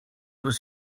was